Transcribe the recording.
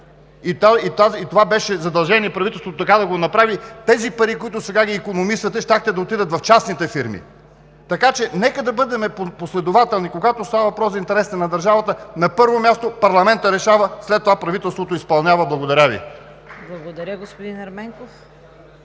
и беше задължение на правителството така да го направи, тези пари, които сега икономисвате, щяха да отидат в частните фирми. Така че нека да бъдем последователни. Когато става въпрос за интересите на държавата, на първо място, парламентът решава, след това –правителството изпълнява. Благодаря Ви. ПРЕДСЕДАТЕЛ